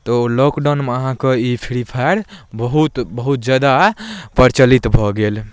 तऽ लॉकडाउनमे अहाँके ई फ्री फायर बहुत बहुत ज्यादा प्रचलित भऽ गेल